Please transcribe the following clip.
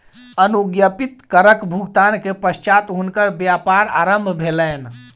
अनुज्ञप्ति करक भुगतान के पश्चात हुनकर व्यापार आरम्भ भेलैन